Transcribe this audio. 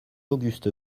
auguste